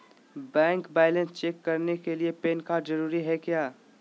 Bank balance check करने के लिए पैन कार्ड जरूरी है क्या?